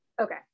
Okay